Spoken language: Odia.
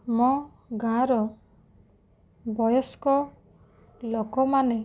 ମୋ ଗାଁ'ର ବୟସ୍କ ଲୋକମାନେ